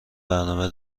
برنامه